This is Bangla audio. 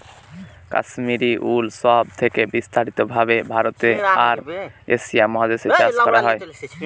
কাশ্মিরী উল সব থেকে বিস্তারিত ভাবে ভারতে আর এশিয়া মহাদেশে চাষ করা হয়